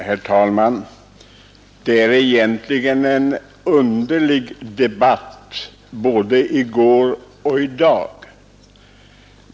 Herr talman! Det har egentligen varit en underlig debatt både i går och i dag.